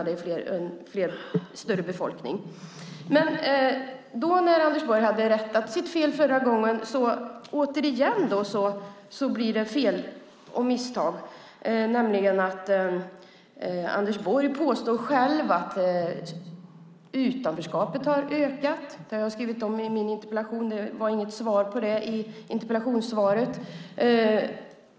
Det är en större befolkning. När Anders Borg hade rättat sitt fel förra gången blir det återigen fel och misstag. Anders Borg påstod själv att utanförskapet har minskat. Det har jag skrivit om i min interpellation. Jag fick inget svar på det i interpellationssvaret.